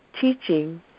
teaching